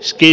iski